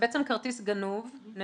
בעצם כרטיס גנוב.